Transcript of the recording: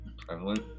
prevalent